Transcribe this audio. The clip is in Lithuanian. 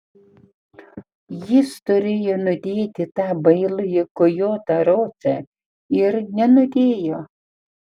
jis turėjo nudėti tą bailųjį kojotą ročą ir nenudėjo